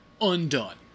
undone